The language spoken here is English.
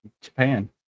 Japan